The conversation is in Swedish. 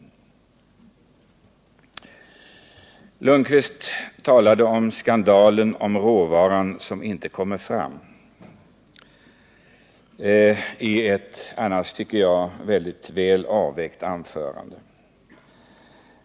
Herr Lundkvist talade om skandalen med råvaran som inte kommer fram i ett, tycker jag, annars väl avvägt anförande.